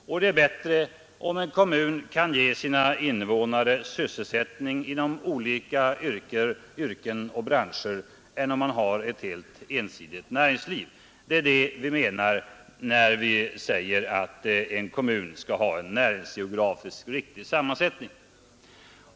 Och det är bättre om en kommun kan ge sina invånare sysselsättning inom olika yrken och branscher än om den har ett helt ensidigt näringsliv. Det är detta vi menar, när vi säger att en kommun skall ha en näringsgeografiskt riktig sammansättning.